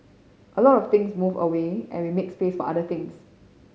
a lot of things move away and will make space for other things